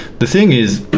the thing is,